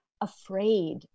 afraid